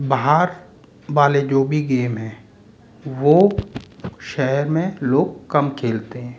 बाहर वाले जो भी गेम हैं वो शहर में लोग कम खेलते हैं